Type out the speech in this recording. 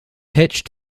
pitch